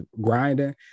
grinding